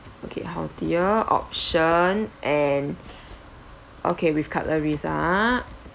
okay healthier option and okay with cutleries ah